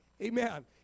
amen